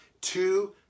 two